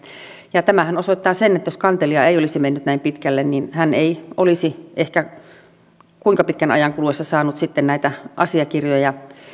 ja tämähän osoittaa sen että jos kantelija ei olisi mennyt näin pitkälle hän ei olisi ehkä pitkänkään ajan kuluessa saanut sitten näitä asiakirjoja